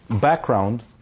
background